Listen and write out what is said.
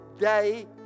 day